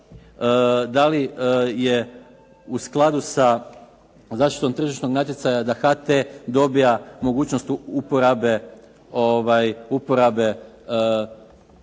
da li je u skladu sa zaštitom tržišnog natjecanja da HT dobija mogućnost uporabe